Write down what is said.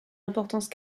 importance